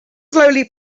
slowly